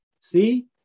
See